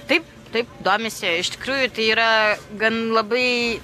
taip taip domisi iš tikrųjų tai yra gan labai